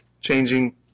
changing